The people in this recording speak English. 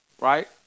right